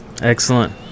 Excellent